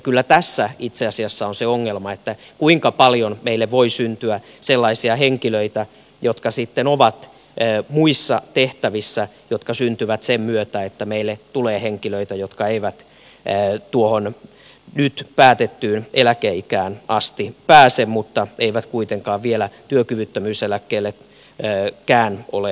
kyllä tässä itse asiassa on se ongelma että kuinka paljon meille voi syntyä sellaisia henkilöitä jotka sitten ovat muissa tehtävissä jotka syntyvät sen myötä että meille tulee henkilöitä jotka eivät tuohon nyt päätettyyn eläkeikään asti pääse mutta eivät kuitenkaan vielä työkyvyttömyyseläkkeellekään ole siirtymässä